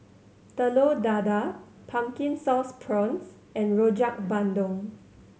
Telur Dadah Pumpkin Sauce Prawns and Rojak Bandung